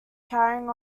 carrying